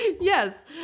Yes